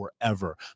forever